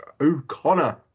O'Connor